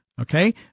Okay